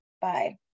Bye